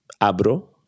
abro